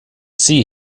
see